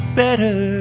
better